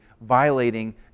violating